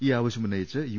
ഈ ആവശ്യം ഉന്നയിച്ച് യു